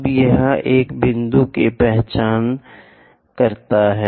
अब यहाँ एक बिंदु की पहचान करते हैं